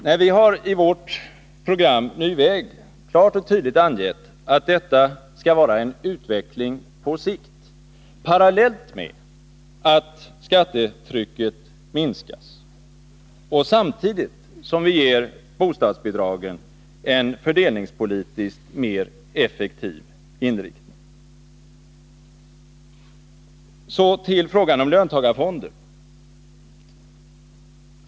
Nej, vi har i vårt program Ny väg klart och tydligt angett att detta skall vara en utveckling på sikt, parallellt med att skattetrycket minskas och samtidigt som vi ger bostadsbidragen en fördelningspolitiskt mer effektiv inriktning. Så till frågan om löntagarfonder.